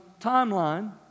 timeline